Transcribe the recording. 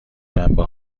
شنبه